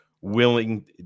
willing